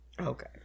Okay